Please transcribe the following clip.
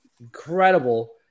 incredible